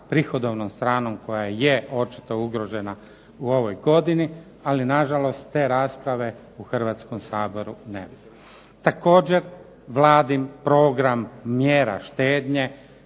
prihodovnom stranom koja je očito ugrožena u ovoj godini. Ali na žalost te rasprave u Hrvatskom saboru nema. Također Vladin program mjera štednje